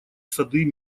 сады